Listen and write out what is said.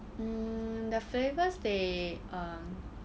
mm the flavours they uh